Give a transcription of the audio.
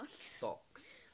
socks